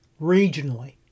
regionally